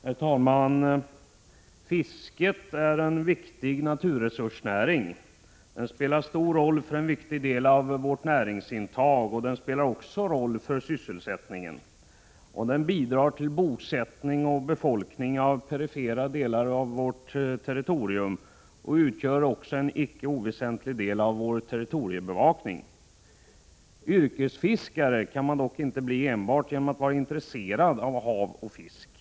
Herr talman! Fisket är en viktig naturresursnäring. Det spelar en stor roll för en viktig del av vårt näringsintag, och det har också betydelse för sysselsättningen. Det bidrar till bosättning och befolkning i perifera delar av vårt territorium och utgör en icke oväsentlig del av territoriebevakningen. Yrkesfiskare kan man dock inte bli enbart genom att vara intresserad av hav och fisk.